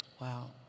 Wow